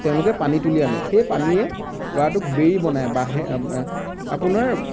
তেওঁলোকে পানী তুলি আনে সেই পানীয়ে ল'ৰাটোক বেই বনাই বাঁহে আপোনাৰ